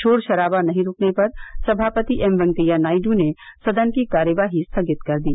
शोर शराबा नहीं रुकने पर सभापति एम वेंकैया नायडू ने सदन की कार्यवाही स्थगित कर दी